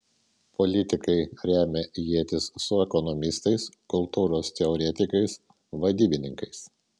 politikai remia ietis su ekonomistais kultūros teoretikais vadybininkais